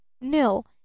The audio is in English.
nil